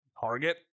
Target